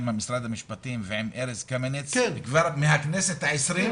משרד המשפטים ועם ארז קמיניץ כבר מהכנסת ה-20,